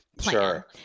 Sure